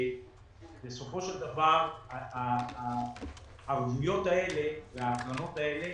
בסופו של דבר הערבויות האלה והקרנות האלה